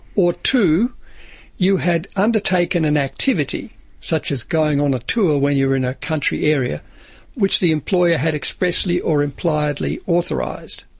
or, two, if you had undertaken an activity such as going on a tour when you were in a country area which the employer had expressly or impliedly authorised.